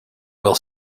will